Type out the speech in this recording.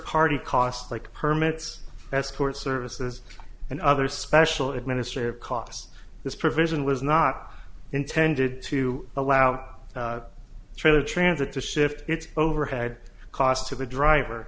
party costs like permits escort services and other special administrative costs this provision was not intended to allow the trailer transit to shift its overhead cost to the driver